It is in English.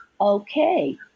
Okay